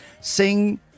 sing